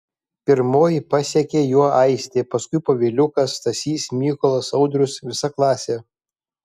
pirmoji pasekė juo aistė paskui poviliukas stasys mykolas audrius visa klasė